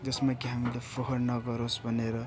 जसमा कि हामीले फोहोर नगरोस् भनेर